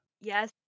Yes